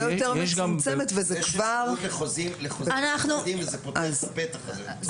יותר מצומצמת וזה כבר --- יש אפשרות לחוזים וזה פותח את הפתח הזה.